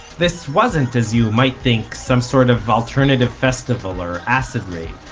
this wasn't, as you might think, some sort of alternative festival or acid rave.